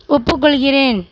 ஒப்புக்கொள்கிறேன்